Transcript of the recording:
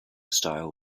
style